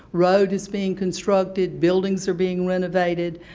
road is being constructed, buildings are being renovated.